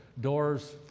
doors